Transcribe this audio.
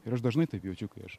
ir aš dažnai taip jaučiu kai aš